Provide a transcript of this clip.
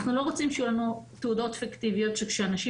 אנחנו לא רוצים שיהיו לנו תעודות פיקטיביות שכשאנשים